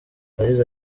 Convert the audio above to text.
yagize